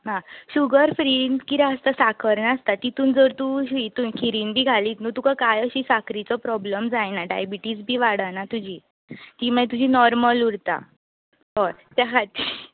ना शुगर फ्रिन कितें आसता साकर नासता तितून जर तूं हातून खिरीन बी घालीत न्हय तुका कांय अशे साकरीचो प्रोबलम जायना डायबेटीज बी वाडना तुजी ती मागीर तुजी नोर्मल उरतां हय त्या खातीर